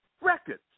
records